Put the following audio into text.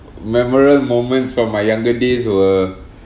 memorable moments from my younger days were